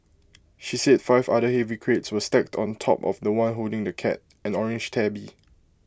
she said five other heavy crates were stacked on top of The One holding the cat an orange tabby